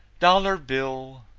dollar bill,